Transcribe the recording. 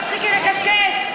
תפסיקי לקשקש,